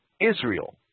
Israel